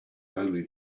only